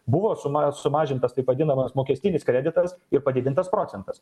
buvo suma sumažintas taip vadinamas mokestinis kreditas ir padidintas procentas